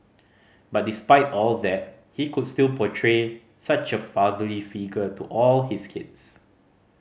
but despite all that he could still portray such a fatherly figure to all his kids